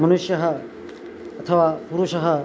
मनुष्यः अथवा पुरुषः